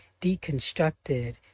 deconstructed